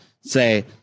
say